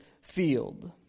field